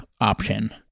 option